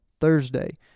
Thursday